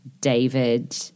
David